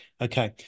Okay